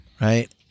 right